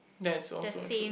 that's also true